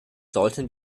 sollten